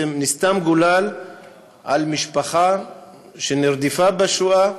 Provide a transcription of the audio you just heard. נסתם הגולל על משפחה שנרדפה בשואה,